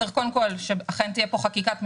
צריך קודם כל שאכן תהיה פה חקיקת משנה,